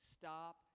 stop